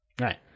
right